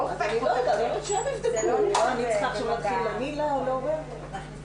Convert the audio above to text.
הנשים לא מגדירות את עצמן הציבור לא מגדיר את